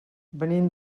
venim